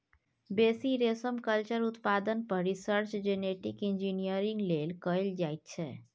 बेसी रेशमकल्चर उत्पादन पर रिसर्च जेनेटिक इंजीनियरिंग लेल कएल जाइत छै